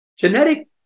genetic